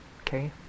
Okay